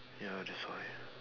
ya that's why